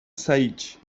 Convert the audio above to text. saix